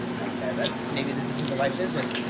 like that maybe this isn't the right business.